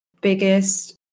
biggest